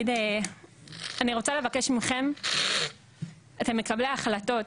אני רוצה לבקש ממכם, אתם מקבלי ההחלטות,